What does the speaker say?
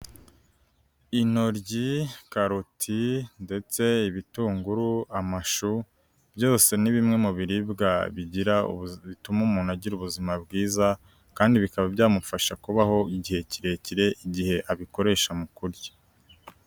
Inoryi, karoti ndetse ibitunguru, amashu, byose ni bimwe mu biribwa bituma umuntu agira ubuzima bwiza kandi bikaba byamufasha kubaho igihe kirekire igihe abikoresha mu kurya.